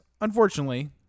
unfortunately